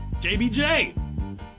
JBJ